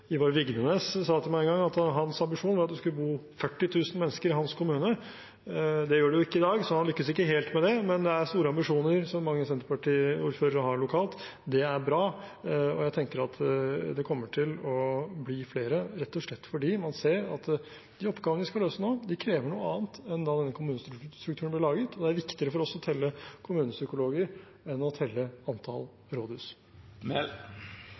Ivar Vigdenes sa til meg en gang at hans ambisjon var at det skulle bo 40 000 mennesker i hans kommune. Det gjør det ikke i dag, så han lyktes ikke helt med det, men mange Senterparti-ordførere har store ambisjoner lokalt. Det er bra, og jeg tenker at det kommer til å bli flere, rett og slett fordi man ser at de oppgavene man skal løse nå, krever noe annet enn da denne kommunestrukturen ble laget, og det er viktigere for oss å telle kommunepsykologer enn å telle antall rådhus.